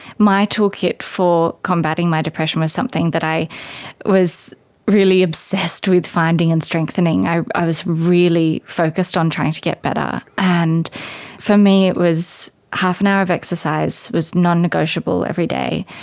my toolkit for combating my depression was something that i was really obsessed with finding and strengthening. i i was really focused on trying to get better. and for me it was half an hour of exercise was nonnegotiable every day,